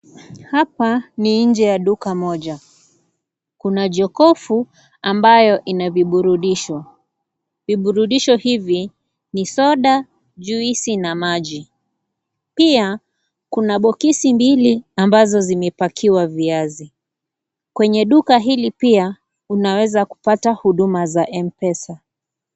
Hapa ni nje ya duka moja. Kuna jokofu ambayo ina viburudisho. Viburudisho hivi ni soda, juisi na maji. Pia kuna box mbili ambazo zimepakiwa viazi. Kwenye duka hili pia, unaweza kupata huduma za Mpesa.